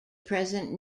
present